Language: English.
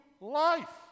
life